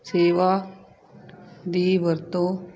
ਸੇਵਾ ਦੀ ਵਰਤੋਂ